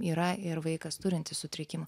yra ir vaikas turintis sutrikimą